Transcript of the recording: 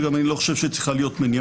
וגם אני לא חושב שצריכה להיות מניעה